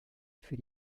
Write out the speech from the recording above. für